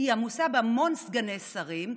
היא עמוסה בהמון סגני שרים,